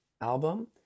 album